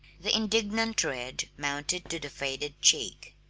the indignant red mounted to the faded cheek.